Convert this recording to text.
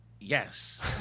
Yes